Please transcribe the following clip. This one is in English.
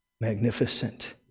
Magnificent